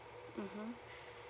mmhmm